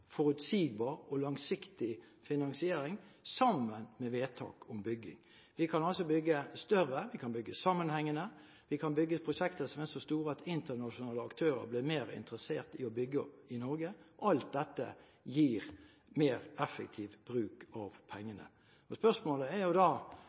forutsigbar og langsiktig finansiering sammen med vedtak om bygging. Vi kan altså bygge større, vi kan bygge sammenhengende, vi kan bygge prosjekter som er så store at internasjonale aktører blir mer interessert i å bygge i Norge. Alt dette gir mer effektiv bruk av